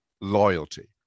loyalty